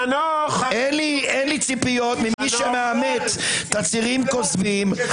אין לי ציפיות ממי שמאמת תצהירים כוזבים.